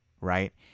right